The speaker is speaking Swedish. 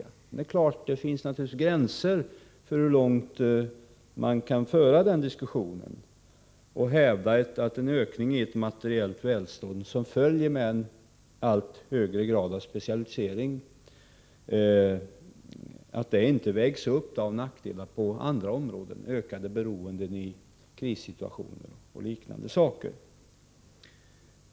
Men det är klart att det finns gränser för hur långt man kan föra den diskussionen och hävda att den ökning i det materiella välståndet som följer med en allt högre grad av specialisering inte vägs upp av nackdelar på andra områden: ökade beroenden i krissituationer och liknande saker.